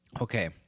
Okay